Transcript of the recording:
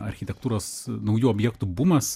architektūros naujų objektų bumas